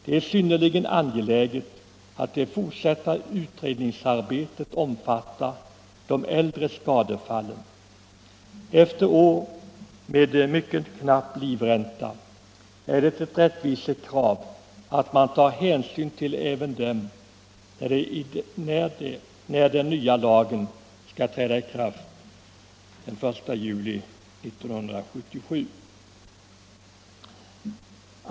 Det är synnerligen angeläget att det fortsatta utredningsarbetet omfattar de äldre skadefallen. Efter år med mycket knapp livränta är det ett rättvisekrav att man tar hänsyn även till dem när den nya lagen skall träda i kraft den 1 juli 1977.